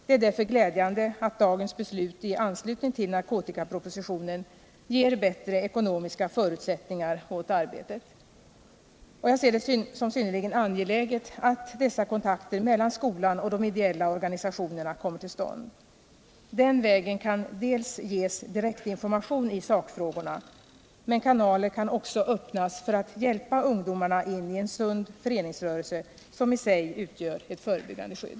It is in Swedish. Det är glädjande att dessa organisationer genom den nu aktuella propositionen kan få bättre ekonomiska förutsättningar att bedriva sitt arbete. Jag ser det också som synnerligen angeläget att de föreslagna kontakterna mellan skolan och de ideella organisationerna kommer till stånd. På den vägen kan dels direktinformation ges i sakfrågorna, dels kanaler öppnas för att hjälpa ungdomarna in i en sund föreningsrörelse som i sig utgör ett förebyggande skydd.